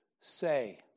say